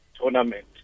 tournament